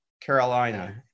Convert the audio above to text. Carolina